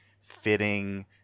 fitting